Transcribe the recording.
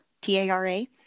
T-A-R-A